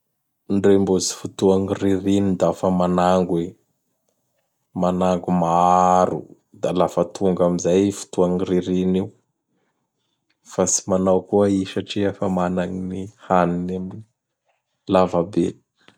Ndre mbô tsy fotoan gny ririny da fa manango i. Manango maro! Da lafa tonga amin'izay fotoan'gny ririny io; fa tsy manao koa i satria fa mana gny haniny amin'ny lavabe.